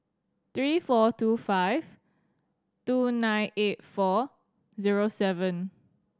three four two five two nine eight four zero seven